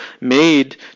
made